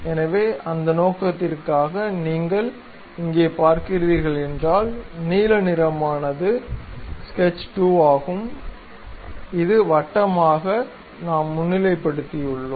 எனவே அந்த நோக்கத்திற்காக நீங்கள் இங்கே பார்க்கிறீர்கள் என்றால் நீல நிறமானது ஸ்கெட்ச் 2 ஆகும் இது வட்டமாக நாம் முன்னிலைப்படுத்தியுள்ளோம்